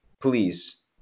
please